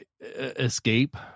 escape